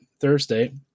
Thursday